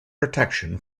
protection